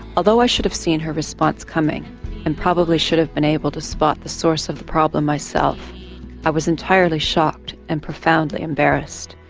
although i should have seen her response coming and probably should have been able to spot the source of the problem myself i was entirely shocked and profoundly embarrassed.